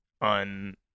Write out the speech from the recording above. on